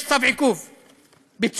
יש צו עיכוב ביצוע.